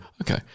okay